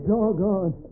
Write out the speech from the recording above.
Doggone